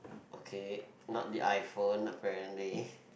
okay not the iPhone apparently